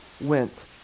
went